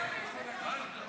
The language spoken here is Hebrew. מה זה פה?